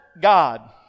God